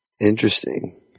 Interesting